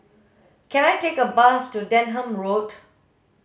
can I take a bus to Denham Road